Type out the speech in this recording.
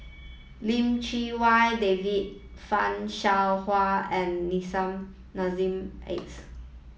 Lim Chee Wai David Fan Shao Hua and Nissim Nassim Adis